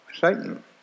Satan